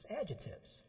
Adjectives